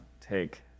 take